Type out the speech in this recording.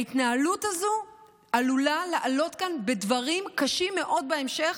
ההתנהלות הזו עלולה לעלות כאן בדברים קשים מאוד בהמשך.